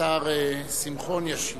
השר שמחון ישיב.